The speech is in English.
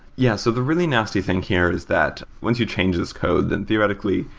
yeah, so the really nasty thing here is that once you change this code, then, theoretically,